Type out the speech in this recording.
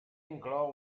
inclou